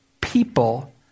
people